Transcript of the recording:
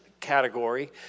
category